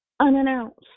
Unannounced